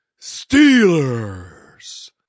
Steelers